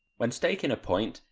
when staking a point,